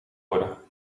worden